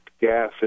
gas